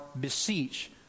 beseech